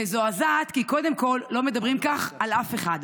מזועזעת, כי קודם כול לא מדברים כך על אף אחד,